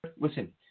listen